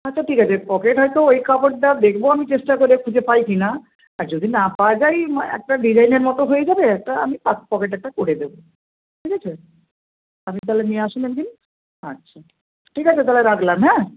আচ্ছা ঠিক আছে পকেট হয়তো ওই কাপড়টা দেখব আমি চেষ্টা করে খুঁজে পাই কি না আর যদি না পাওয়া যায় একটা ডিজাইনের মতো হয়ে যাবে একটা আমি পকেট একটা করে দেবো ঠিক আছে আপনি তাহলে নিয়ে আসুন এক দিন আচ্ছা ঠিক আছে তাহলে রাখলাম হ্যাঁ